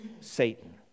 Satan